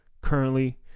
currently